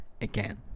again